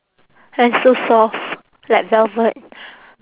and so soft like velvet